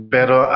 Pero